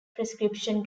prescription